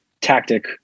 tactic